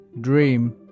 Dream